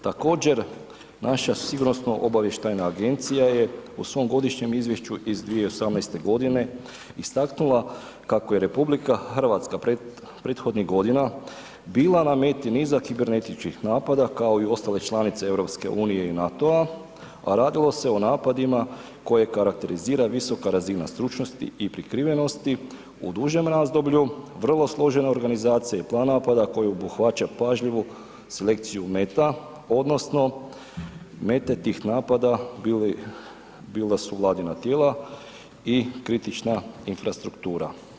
Također naša sigurnosno obavještajna agencija je u svom godišnjem izvješću iz 2018.g. istaknula kako je RH prethodnih godina bila na meti niza kibernetičkih napada, kao i ostale članice EU i NATO-a, a radilo se o napadima koje karakterizira visoka razina stručnosti i prikrivenosti u dužem razdoblju, vrlo složena organizacija i plan napada koji obuhvaća pažljivu selekciju meta odnosno mete tih napada bila su Vladina tijela i kritična infrastruktura.